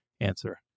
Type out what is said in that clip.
answer